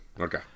Okay